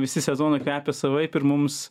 visi sezonai kvepia savaip ir mums